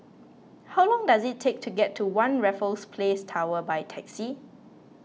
how long does it take to get to one Raffles Place Tower by taxi